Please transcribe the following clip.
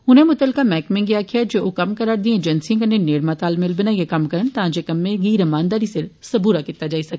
उनें मुतलका मैहकमें गी आक्खेआ जे ओह् कम्म करा रदिएं एजेंसिएं कन्नै नेड़मा तालमेल बनाइयै कम्म करन तां जे कम्में गी रमानदारी सिर सबूरा कीता जाई सकै